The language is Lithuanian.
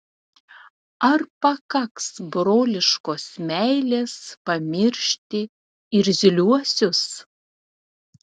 ar pakaks broliškos meilės pamiršti irzliuosius